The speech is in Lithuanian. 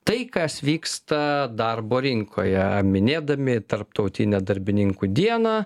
tai kas vyksta darbo rinkoje minėdami tarptautinę darbininkų dieną